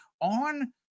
on